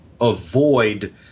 avoid